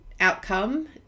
outcome